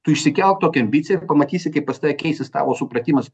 tu išsikelk tokią ambiciją ir pamatysi kaip pas tave keisis tavo supratimas